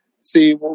see